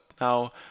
now